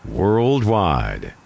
worldwide